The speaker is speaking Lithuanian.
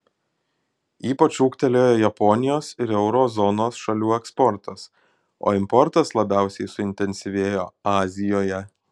ypač ūgtelėjo japonijos ir euro zonos šalių eksportas o importas labiausiai suintensyvėjo azijoje